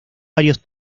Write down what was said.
varios